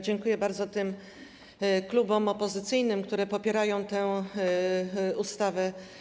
Dziękuję bardzo tym klubom opozycyjnym, które popierają tę ustawę.